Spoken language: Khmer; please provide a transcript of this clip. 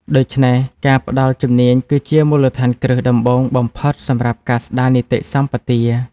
ដូច្នេះ ការផ្តល់ជំនាញគឺជាមូលដ្ឋានគ្រឹះដំបូងបំផុតសម្រាប់ការស្តារនីតិសម្បទា។